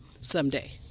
someday